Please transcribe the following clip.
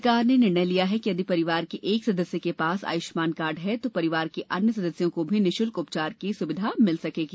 सरकार ने निर्णय लिया है कि यदि परिवार के एक सदस्य के पास आयुष्मान कार्ड है तो परिवार के अन्य सदस्यों को भी निशुल्क उपचार की सुविधा मिल सकेगी